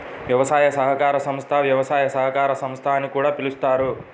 వ్యవసాయ సహకార సంస్థ, వ్యవసాయ సహకార సంస్థ అని కూడా పిలుస్తారు